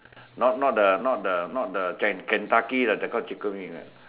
not not the not the not the Ken~ Kentucky that type of chicken wing right